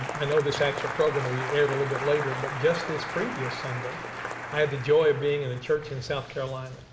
i know this actual program will be aired a little bit later but just this previous sunday i had the joy of being in a church in south carolina.